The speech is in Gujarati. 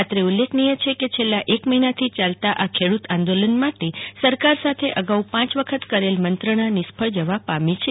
અત્રે ઉલ્લેખનીય છ ક છેલ્લા એક મહિનાથી ચાલતું આ ખેડૂત આંદોલન માટે સરકાર સાથે અગાઉ પાંચ વખત કરેલ મંત્રણા નિષ્ફળ જવા પામી છે